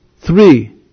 Three